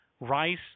Rice